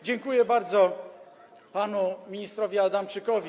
Dziękuję bardzo panu ministrowi Adamczykowi.